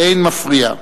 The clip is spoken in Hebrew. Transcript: באין מפריע,